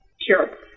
Sure